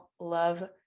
love